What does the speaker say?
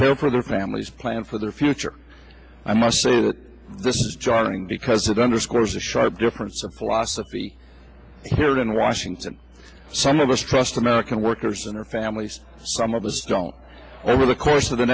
care for their families plan for their future i must say that this is jarring because it underscores a sharp difference of philosophy here in washington some of us trust american workers and our families some of us don't over the course of the